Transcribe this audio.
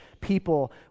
people